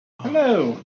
hello